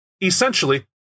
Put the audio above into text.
Essentially